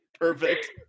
Perfect